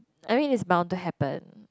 I mean's it bound to happen